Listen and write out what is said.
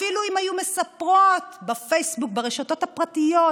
אפילו אם היו מספרות בפייסבוק, ברשתות הפרטיות,